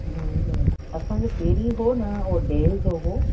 हूं हूं असांखे पहिरीं हो न हो डेल जो हो